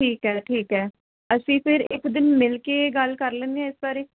ਠੀਕ ਹੈ ਠੀਕ ਹੈ ਅਸੀਂ ਫਿਰ ਇੱਕ ਦਿਨ ਮਿਲ ਕੇ ਗੱਲ ਕਰ ਲੈਂਦੇ ਆ ਇਸ ਬਾਰੇ